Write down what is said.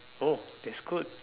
oh that's good